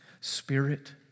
Spirit